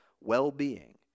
well-being